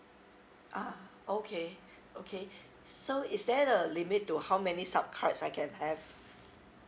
ah okay okay so is there a limit to how many sub cards I can have